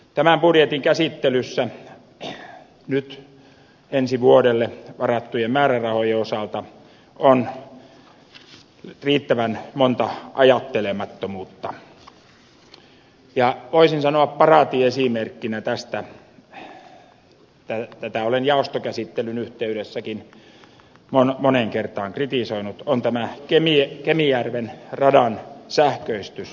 tämän budjetin käsittelyssä ensi vuodelle varattujen määrärahojen osalta on riittävän monta ajattelemattomuutta ja voisin sanoa että paraatiesimerkkinä tästä tätä olen jaostokäsittelyn yhteydessäkin moneen kertaan kritisoinut on tämä kemijärven radan sähköistys